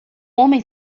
homem